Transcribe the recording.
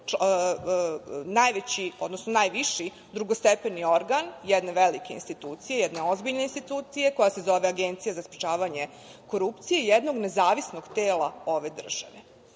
Oni su najviši drugostepeni organ jedne velike institucije, jedne ozbiljne institucije koja se zove Agencija za sprečavanje korupcije, jednog nezavisnog tela ove države.